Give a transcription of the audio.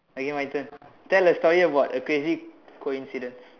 okay my turn tell a story about a crazy coincidence